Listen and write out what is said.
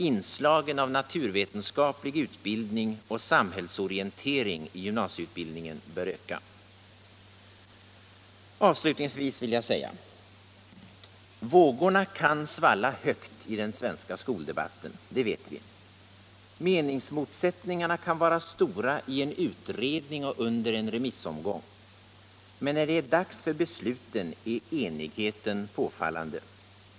Inslagen av naturvetenskaplig utbildning och samhällsorientering i gymnasieutbildningen bör öka. Avslutningsvis vill jag säga: Vågorna kan svalla högt i den svenska skoldebatten. Det vet vi. Meningsmotsättningarna kan vara stora i en utredning och under en remissomgång. Men när det är dags för besluten är enigheten påfallande.